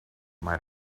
might